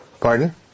Pardon